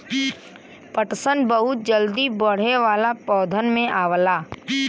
पटसन बहुत जल्दी बढ़े वाला पौधन में आवला